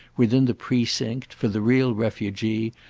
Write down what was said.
within the precinct, for the real refugee,